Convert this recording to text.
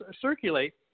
circulate